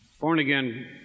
born-again